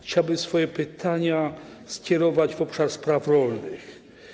Chciałbym swoje pytania skierować w obszar spraw rolnych.